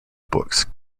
books